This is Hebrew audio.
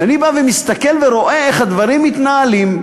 אבל כשאני מסתכל ורואה איך הדברים מתנהלים,